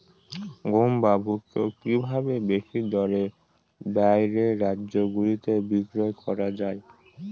গম বা ভুট্ট কি ভাবে বেশি দরে বাইরের রাজ্যগুলিতে বিক্রয় করা য়ায়?